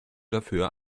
dafür